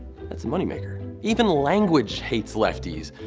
that's a money-maker. even language hates lefties.